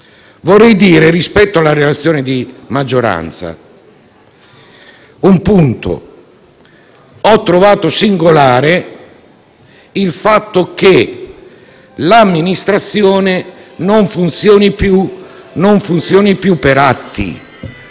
Vorrei evidenziare, rispetto alla relazione di maggioranza, un punto: ho trovato singolare il fatto che l'amministrazione non funzioni più per atti,